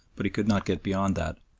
but he could not get beyond that.